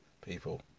people